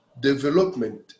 development